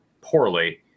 poorly